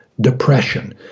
depression